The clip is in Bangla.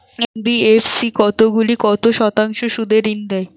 এন.বি.এফ.সি কতগুলি কত শতাংশ সুদে ঋন দেয়?